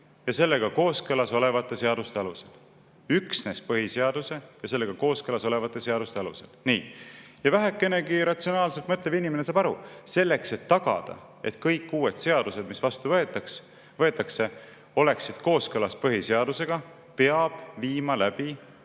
ja sellega kooskõlas olevate seaduste alusel. Üksnes põhiseaduse ja sellega kooskõlas olevate seaduste alusel! Nii. Vähekenegi ratsionaalselt mõtlev inimene saab aru: selleks, et tagada, et kõik uued seadused, mis vastu võetakse, oleksid kooskõlas põhiseadusega, peab eelnõu